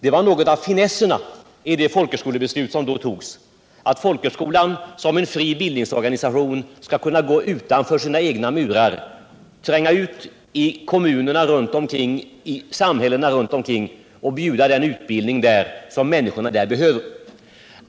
Det var något av finessen i det beslut som då fattades, att folkhögskolan som en fri bildningsorganisation skall kunna gå utanför sina egna murar, tränga ut i kommunerna och samhällena runt omkring och bjuda den utbildning som människorna där behöver.